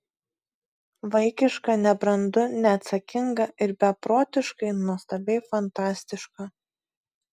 vaikiška nebrandu neatsakinga ir beprotiškai nuostabiai fantastiška